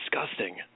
disgusting